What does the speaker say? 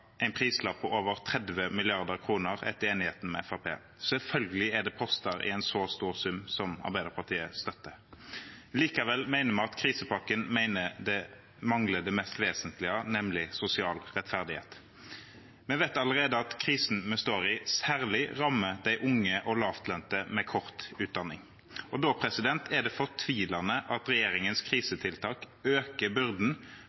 en prislapp på over 30 mrd. kr etter enigheten med Fremskrittspartiet. Selvfølgelig er det poster i en så stor sum som Arbeiderpartiet støtter. Likevel mener vi at krisepakken mangler det mest vesentlige, nemlig sosial rettferdighet. Vi vet allerede at krisen vi står i, særlig rammer de unge og lavtlønte med kort utdanning. Da er det fortvilende at regjeringens